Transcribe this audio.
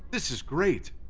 this is great!